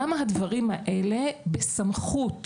גם הדברים האלה בסמכות